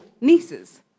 nieces